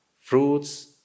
fruits